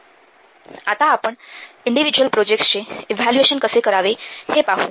२५४७ आताआपण इंडिव्हिज्युअल प्रोजेक्टसचे इव्हॅल्युएशन कसे करावे हे पाहू